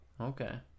Okay